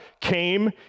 came